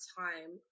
time